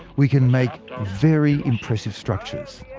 we can make very impressive structures